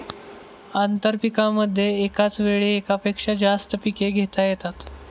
आंतरपीकांमध्ये एकाच वेळी एकापेक्षा जास्त पिके घेता येतात